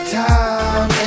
time